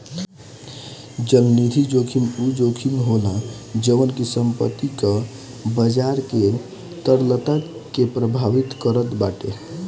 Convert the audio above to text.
चलनिधि जोखिम उ जोखिम होला जवन की संपत्ति कअ बाजार के तरलता के प्रभावित करत बाटे